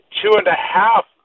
two-and-a-half